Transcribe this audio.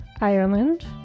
Ireland